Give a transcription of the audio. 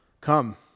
come